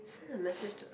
send a message to